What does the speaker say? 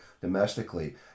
domestically